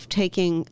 taking